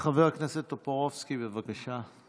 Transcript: חבר הכנסת טופורובסקי, בבקשה.